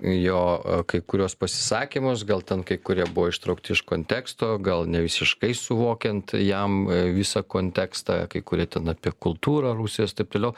jo kai kuriuos pasisakymus gal ten kai kurie buvo ištraukti iš konteksto gal ne visiškai suvokiant jam visą kontekstą kai kurie ten apie kultūrą rusijos taip toliau